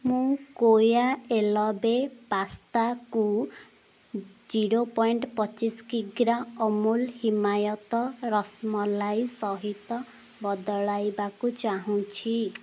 ମୁଁ କେୟା ଏଲ୍ବୋ ପାସ୍ତାକୁ zero point ପଚିଶ କିଗ୍ରା ଅମୁଲ୍ ହିମାୟିତ ରସ୍ମଲାଇ ସହିତ ବଦଳାଇବାକୁ ଚାହୁଁଛି